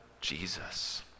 Jesus